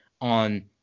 on